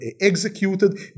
executed